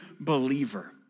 believer